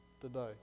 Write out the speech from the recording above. today